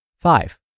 Five